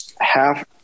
half